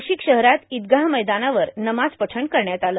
नाशिक शहरात ईदगाह मैदानावर नमाज पठण करण्यात आलं